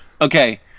Okay